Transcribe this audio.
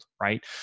right